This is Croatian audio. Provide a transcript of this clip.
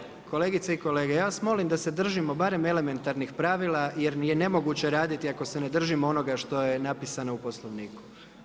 Kolega Maras, kolegice i kolege, ja vas molim da se držimo barem elementarnih pravila jer mi je nemoguće raditi ako se ne držimo onoga što je napisano u Poslovniku.